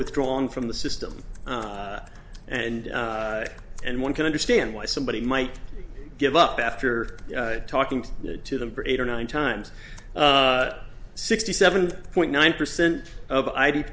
withdrawn from the system and and one can understand why somebody might give up after talking to them for eight or nine times sixty seven point nine percent of i